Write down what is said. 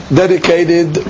dedicated